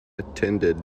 attended